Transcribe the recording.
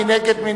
מי נגד?